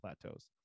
plateaus